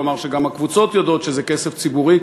כלומר שגם הקבוצות יודעות שזה כסף ציבורי,